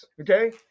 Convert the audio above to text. okay